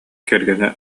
кэргэнэ